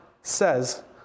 says